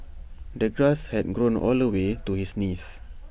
the grass had grown all the way to his knees